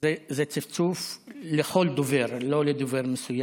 זה צפצוף לכל דובר, לא לדובר מסוים.